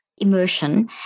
Immersion